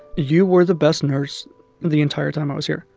you were the best nurse the entire time i was here.